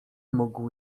mógł